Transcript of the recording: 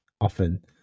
often